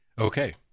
Okay